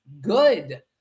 good